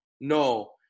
no